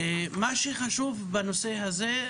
מה שחשוב בנושא הזה,